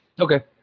Okay